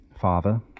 father